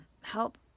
help